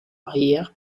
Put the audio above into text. arrière